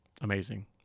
amazing